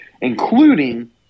Including